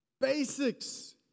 basics